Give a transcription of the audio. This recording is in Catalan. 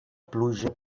pluja